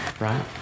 Right